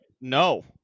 No